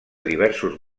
diversos